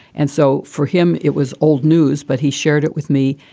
and so for him, it was old news. but he shared it with me.